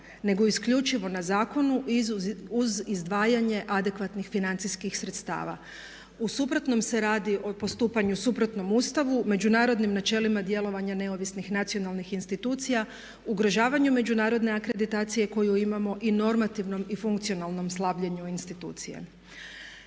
nego isključivo na zakonu uz izdvajanje adekvatnih financijskih sredstava. U suprotnom se radi o postupanju suprotnom Ustavu, međunarodnim načelima djelovanja neovisnih nacionalnih institucija, ugrožavanju međunarodne akreditacije koju imamo i normativnom i funkcionalnom slabljenju institucije.